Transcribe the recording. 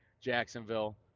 Jacksonville